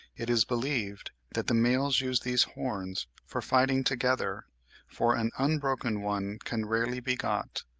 it is believed that the males use these horns for fighting together for an unbroken one can rarely be got,